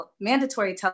mandatory